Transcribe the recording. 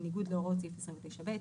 בניגוד להוראות סעיף 29(ב).